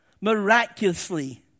miraculously